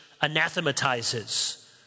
anathematizes